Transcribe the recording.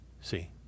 See